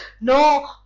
no